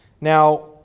Now